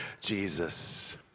Jesus